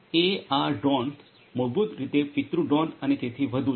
AR drones મૂળભૂત રીતે પિતૃ ડ્રોન અને તેથી વધુ છે